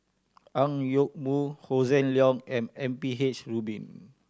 Ang Yoke Mooi Hossan Leong and M P H Rubin